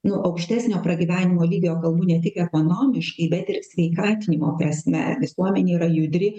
nu aukštesnio pragyvenimo lygio kalbu ne tik ekonomiškai bet ir sveikatinimo prasme visuomenė yra judri